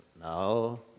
no